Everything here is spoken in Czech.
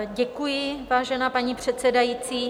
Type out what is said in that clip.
Děkuji, vážená paní předsedající.